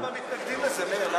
למה מתנגדים לזה, מאיר?